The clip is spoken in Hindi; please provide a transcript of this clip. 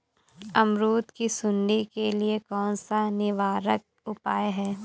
अमरूद की सुंडी के लिए कौन सा निवारक उपाय है?